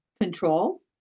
control